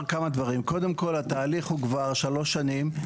קודם כול, התהליך הוא כבר שלוש שנים.